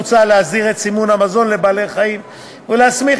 מוצע להסדיר את סימון המזון לבעלי-חיים ולהסמיך